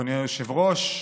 אדוני היושב-ראש,